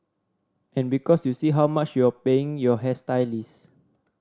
and because you see how much you're paying your hairstylist